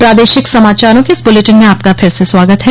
प्रादेशिक समाचारों के इस बुलेटिन में आपका फिर से स्वागत है